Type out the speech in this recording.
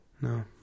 No